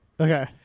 Okay